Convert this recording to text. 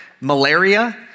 malaria